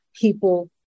people